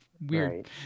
weird